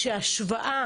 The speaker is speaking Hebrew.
שהשוואה